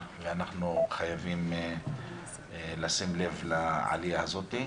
ואנחנו חייבים לשים לב לעלייה הזאת.